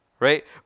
Right